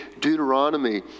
Deuteronomy